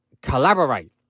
collaborate